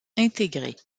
intégrés